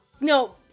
no